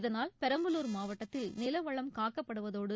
இதனால் பெரம்பலூர் மாவட்டத்தில் நிலவளம் காக்கப்படுவதோடு